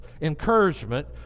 encouragement